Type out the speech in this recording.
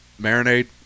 marinade